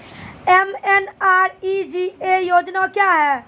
MNREGA योजना क्या हैं?